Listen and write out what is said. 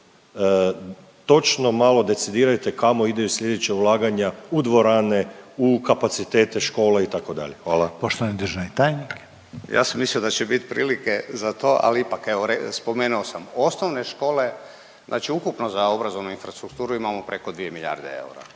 točno malo decidirajte kamo idu sljedeća ulaganja u dvorane, u kapacitete škola, itd. Hvala. **Reiner, Željko (HDZ)** Poštovani državni tajnik. **Mamić, Stipe** Ja sam mislio da će biti prilike za to, ali ipak, evo, spomenuo sam. Osnovne škole, znači ukupno za obrazovnu infrastrukturu imamo preko 2 milijarde eura.